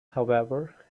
however